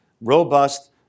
robust